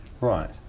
Right